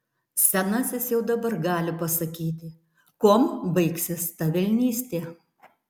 senasis jau dabar gali pasakyti kuom baigsis ta velnystė